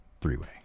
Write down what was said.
three-way